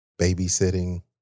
babysitting